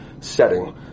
setting